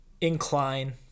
incline